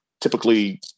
typically